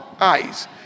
Eyes